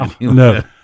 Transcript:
No